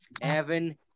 Evan